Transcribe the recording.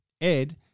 Ed